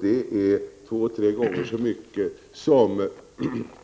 Det är